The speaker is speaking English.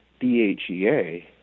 dhea